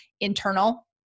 internal